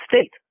state